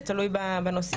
זה תלוי בנושאים,